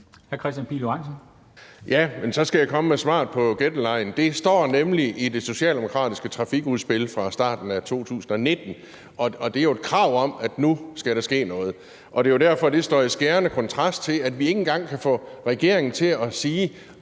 (V): Men så skal jeg komme med svaret på gættelegen. Det står nemlig i det socialdemokratiske trafikudspil fra starten af 2019, og det er jo et krav om, at nu skal der ske noget. Det er derfor, det står i skærende kontrast til, at vi ikke engang kan få regeringen til at sige,